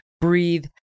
breathe